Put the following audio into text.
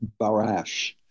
Barash